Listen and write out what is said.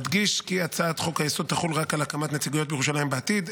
אדגיש כי הצעת חוק-היסוד תחול רק על הקמת נציגויות ירושלים בעתיד.